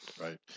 Right